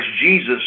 Jesus